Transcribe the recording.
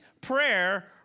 prayer